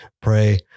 pray